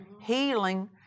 healing